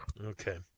Okay